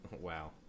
Wow